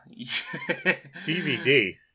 DVD